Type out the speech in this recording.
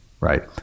right